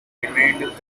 remained